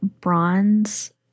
bronze